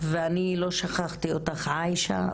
ואני לא שכחתי אותך עיישה,